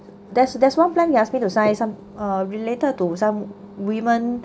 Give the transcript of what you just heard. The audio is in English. there's there's one plan he asked me to say some uh related to some women